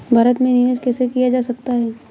भारत में निवेश कैसे किया जा सकता है?